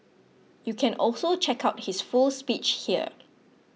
you can also check out his full speech here